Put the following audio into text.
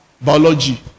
biology